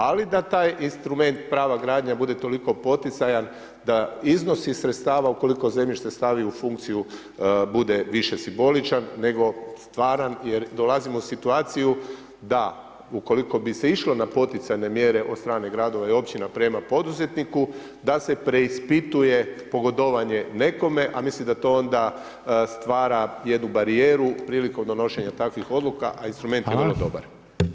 Ali da taj instrument prava gradnje bude toliko poticajan da iznosi sredstava ukoliko zemljište stavi u funkciju bude više simboličan nego stvaran jer dolazimo u situaciju da ukoliko bi se išlo na poticajne mjere od strane gradova i općina prema poduzetniku da se preispituje pogodovanje nekome, a mislim da to onda stvara jednu barijeru prilikom donošenja takvih odluka, a instrument je vrlo dobar.